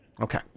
Okay